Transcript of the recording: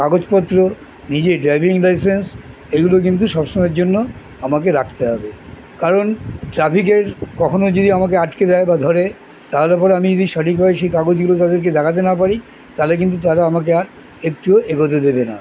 কাগজপত্র নিজের driving licence এগুলো কিন্তু সব সময়ের জন্য আমাকে রাখতে হবে কারণ ট্রাফিকের কখনো যদি আমাকে আটকে দেয় বা ধরে তাহলে পরে আমি যদি সঠিকভাবে সেই কাগজগুলো তাদেরকে লাগাতে না পারি তাহলে কিন্তু তারা আমাকে আর একটিও এগোতে দেবে না